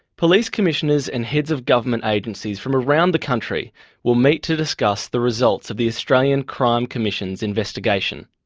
police commissioners and heads of government agencies from around the country will meet to discuss the results of the australian crime commission's investigation.